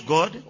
God